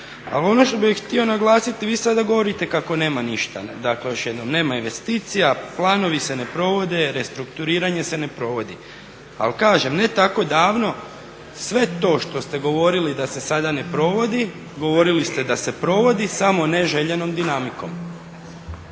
ali ono što bih htio naglasiti, vi sada govorite kako nema ništa. Dakle, još jednom, nema investicija, planovi se ne provode, restrukturiranje se ne provodi. Ali kažem, ne tako davno sve to što ste govorili da se sada ne provodi, govorili ste da se provodi, samo ne željenom dinamikom.